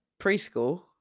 preschool